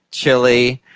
chile,